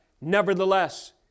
Nevertheless